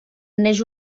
neix